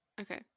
Okay